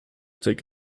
take